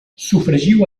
sofregiu